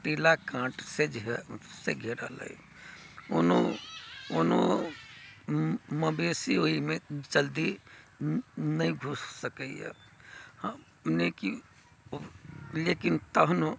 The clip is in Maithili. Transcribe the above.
कटीला काँट से घेरल अछि कोनो मवेशी ओहिमे जल्दी नहि घुसि सकैया लेकिन तहनो